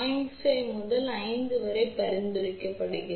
5  முதல் 5 வரை பரிந்துரைக்கப்படுகிறது